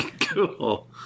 Cool